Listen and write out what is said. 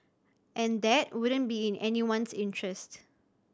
and that wouldn't be in anyone's interest